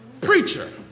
preacher